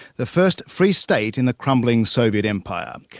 the first free state in the crumbling soviet empire.